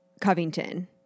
Covington